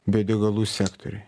biodegalų sektoriui